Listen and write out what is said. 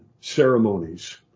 ceremonies